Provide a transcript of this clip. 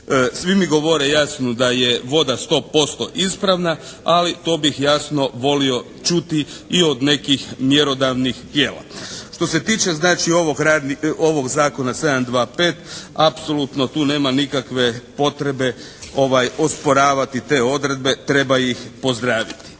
Svi mi govore jasno da je voda 100% ispravna, ali to bih jasno volio čuti i od nekih mjerodavnih tijela. Što se tiče znači ovog Zakona 725 apsolutno tu nema nikakve potrebe osporavati te odredbe, treba ih pozdraviti.